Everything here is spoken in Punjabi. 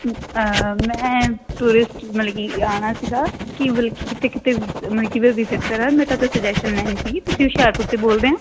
ਮੈਂ ਟੂਰਿਸਟ ਮਤਲਬ ਕਿ ਆਉਣਾ ਸੀਗਾ ਕਿ ਵਲ ਕਿ ਕਿਤੇ ਕਿਤੇ ਮਤਲਬ ਕਿ ਮੈਂ ਵਿਜ਼ਿਟ ਕਰਾਂ ਮੈਂ ਤੁਹਾਡੇ ਤੋਂ ਸੁਜੈਸ਼ਨ ਲੈਣੀ ਸੀਗੀ ਤੁਸੀਂ ਹੁਸ਼ਿਆਰਪੁਰ ਤੋਂ ਬੋਲਦੇ ਹੋ